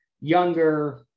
younger